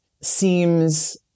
seems